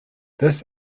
this